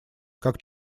как